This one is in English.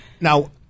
Now